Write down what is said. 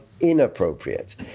inappropriate